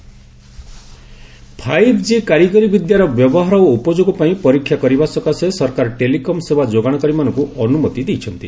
five G five G କାରିଗରି ବିଦ୍ୟାର ବ୍ୟବହାର ଓ ଉପଯୋଗ ପାଇଁ ପରୀକ୍ଷା କରିବା ସକାଶେ ସରକାର ଟେଲିକମ୍ ସେବା ଯୋଗାଣକାରୀମାନଙ୍କୁ ଅନୁମତି ଦେଇଛନ୍ତି